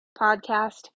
podcast